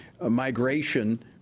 migration